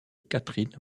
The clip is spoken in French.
catherine